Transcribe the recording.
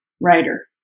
writer